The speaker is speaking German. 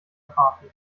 party